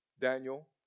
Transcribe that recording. Daniel